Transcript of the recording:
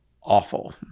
awful